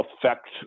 affect